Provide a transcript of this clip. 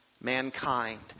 Mankind